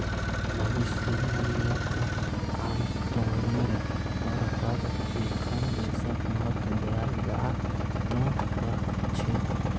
भविष्य मूल्यक आमतौरेर पर हर एकखन देशत महत्व दयाल जा त रह छेक